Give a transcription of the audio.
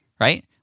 right